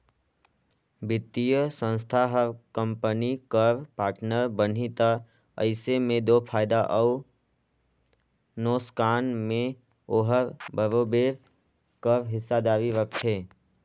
बित्तीय संस्था हर कंपनी कर पार्टनर बनही ता अइसे में दो फयदा अउ नोसकान में ओहर बरोबेर कर हिस्सादारी रखथे